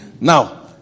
Now